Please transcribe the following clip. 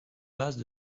bases